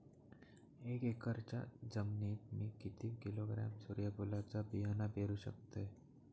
एक एकरच्या जमिनीत मी किती किलोग्रॅम सूर्यफुलचा बियाणा पेरु शकतय?